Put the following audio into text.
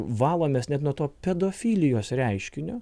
valomės net nuo to pedofilijos reiškinio